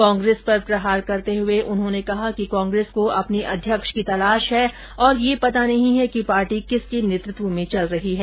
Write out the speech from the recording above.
कांग्रेस पर प्रहार करते हुए उन्होंने कहा कि कांग्रेस को अपने अध्यक्ष की तलाश है और यह पता नहीं है कि पार्टी किसके नेतृत्व में चल रही है